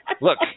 Look